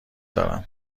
دارم